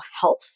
health